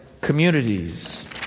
communities